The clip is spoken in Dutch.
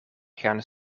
gaan